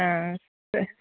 ஆ